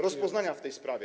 rozpoznania w tej sprawie.